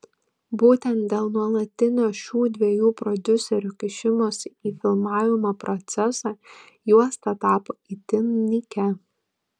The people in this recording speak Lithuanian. būtent dėl nuolatinio šių dviejų prodiuserių kišimosi į filmavimo procesą juosta tapo itin nykia